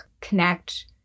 connect